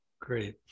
Great